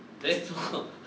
then 什么